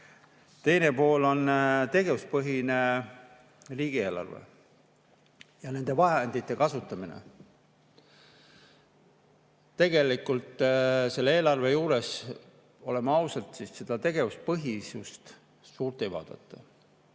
Teine pool on tegevuspõhine riigieelarve ja nende vahendite kasutamine. Tegelikult selle eelarve juures, oleme ausad, seda tegevuspõhisust suurt ei vaadata.